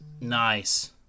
nice